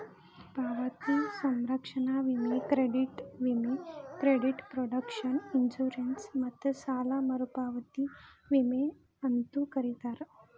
ಪಾವತಿ ಸಂರಕ್ಷಣಾ ವಿಮೆ ಕ್ರೆಡಿಟ್ ವಿಮೆ ಕ್ರೆಡಿಟ್ ಪ್ರೊಟೆಕ್ಷನ್ ಇನ್ಶೂರೆನ್ಸ್ ಮತ್ತ ಸಾಲ ಮರುಪಾವತಿ ವಿಮೆ ಅಂತೂ ಕರೇತಾರ